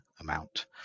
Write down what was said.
amount